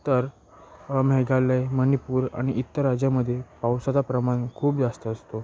तर मेघालय मणिपूर आणि इतर राज्यामध्ये पावसाचा प्रमाण खूप जास्त असतो